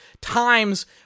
times